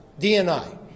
DNI